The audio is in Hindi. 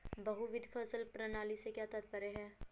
बहुविध फसल प्रणाली से क्या तात्पर्य है?